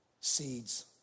seeds